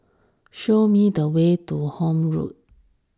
show me the way to Horne Road